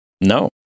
No